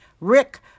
Rick